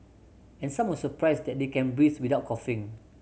and some were surprised that they can breathe without coughing